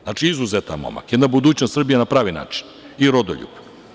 Znači, izuzetan momak, budućnost na pravi način i rodoljub.